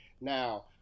Now